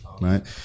right